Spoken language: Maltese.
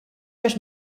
għax